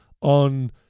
on